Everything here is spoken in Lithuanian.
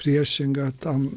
priešinga tam